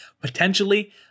potentially